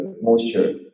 moisture